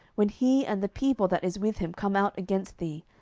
when he and the people that is with him come out against thee,